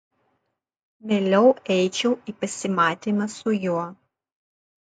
mieliau eičiau į pasimatymą su juo